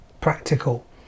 practical